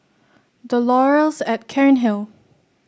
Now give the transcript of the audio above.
The Laurels at Cairnhill